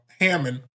Hammond